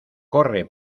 corre